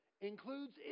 includes